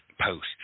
post